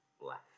left